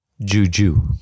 Juju